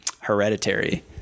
hereditary